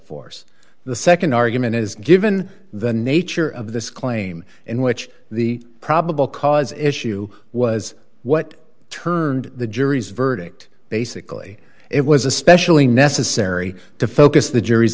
force the nd argument is given the nature of this claim in which the probable cause issue was what turned the jury's verdict basically it was especially necessary to focus the jury's